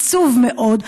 עצוב מאוד,